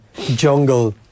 jungle